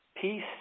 peace